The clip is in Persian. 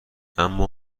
اما